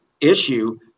issue